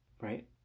right